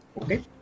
Okay